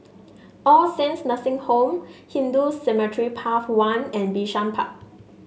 All Saints Nursing Home Hindu Cemetery Path one and Bishan Park